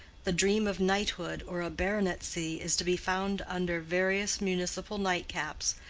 the dream of knighthood or a baronetcy is to be found under various municipal nightcaps,